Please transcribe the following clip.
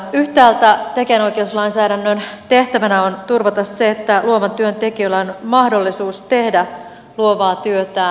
yhtäältä tekijänoikeuslainsäädännön tehtävänä on turvata se että luovan työn tekijöillä on mahdollisuus tehdä luovaa työtään